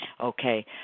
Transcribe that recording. Okay